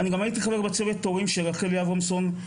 אני הייתי חבר בצוות ההורים של רחלי אברמסון,